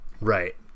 Right